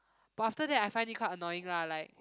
but after that I find it quite annoying lah like